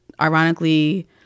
ironically